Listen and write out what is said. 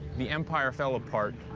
the empire fell apart.